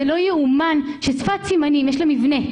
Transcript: זה לא ייאמן שלשפת סימנים יש מבנה,